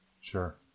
Sure